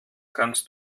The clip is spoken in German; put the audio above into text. kannst